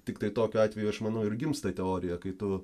tiktai tokiu atveju aš manau ir gimsta teorija kai tu